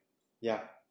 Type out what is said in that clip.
ya